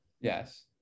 Yes